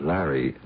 Larry